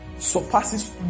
surpasses